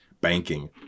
banking